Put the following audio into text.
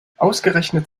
ausgerechnet